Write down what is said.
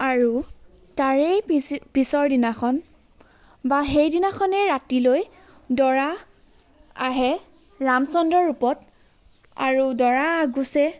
আৰু তাৰেই পিছ পিছৰ দিনাখন বা সেইদিনাখনেই ৰাতিলৈ দৰা আহে ৰামচন্দ্ৰৰ ৰূপত আৰু দৰা আগুচে